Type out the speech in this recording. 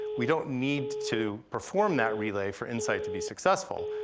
we don't need to perform that relay for insight to be successful,